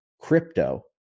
crypto